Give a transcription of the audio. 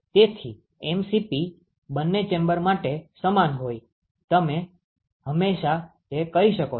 તેથી mCp બંને chamber માટે સમાન હોય તમે હંમેશા તે કરી શકો છો